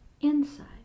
Inside